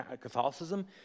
Catholicism